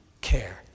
care